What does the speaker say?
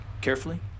carefully